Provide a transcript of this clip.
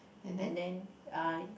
and then uh it